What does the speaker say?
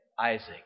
Isaac